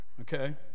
okay